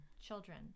children